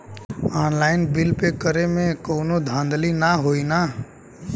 Online bill pay करे में कौनो धांधली ना होई ना?